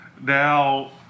Now